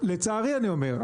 לצערי אני אומר,